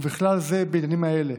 ובכלל זה בעניינים האלה: